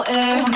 air